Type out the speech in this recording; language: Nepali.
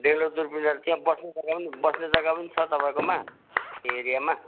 डेलो दुर्पिनहरू त्यहाँ बस्ने जग्गा पनि बस्ने जग्गा पनि छ तपाईँकोमा त्यो एरियामा